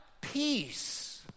Peace